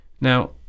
Now